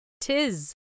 tis